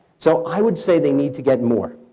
so i would say they need to get more.